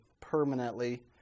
permanently